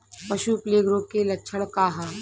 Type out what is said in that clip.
पशु प्लेग रोग के लक्षण का ह?